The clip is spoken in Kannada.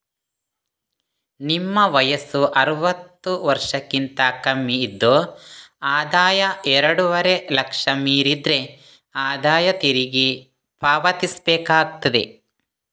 ನಿಮ್ಮ ವಯಸ್ಸು ಅರುವತ್ತು ವರ್ಷಕ್ಕಿಂತ ಕಮ್ಮಿ ಇದ್ದು ಆದಾಯ ಎರಡೂವರೆ ಲಕ್ಷ ಮೀರಿದ್ರೆ ಆದಾಯ ತೆರಿಗೆ ಪಾವತಿಸ್ಬೇಕಾಗ್ತದೆ